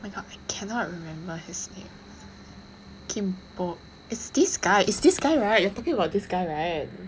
oh my god I cannot remember his name is this guy is this guy [right] you are talking about this guy [right]